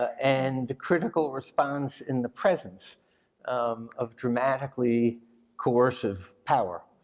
and the critical response in the presence of dramatically coercive power.